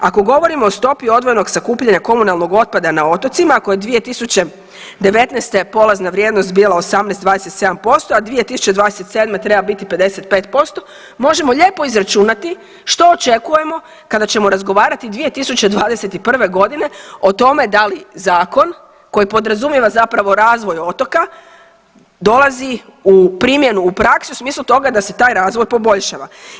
Ako govorimo o stopi odvojenog sakupljanja komunalnog otpada na otocima, ako je 2019. polazna vrijednost bila 18,27%, a 2027. treba biti 55% možemo lijepo izračunati što očekujemo kada ćemo razgovarati 2021. godine o tome da li zakon koji podrazumijeva zapravo razvoj otoka dolazi u primjenu, u praksu u smislu toga da se taj razvoj poboljšava.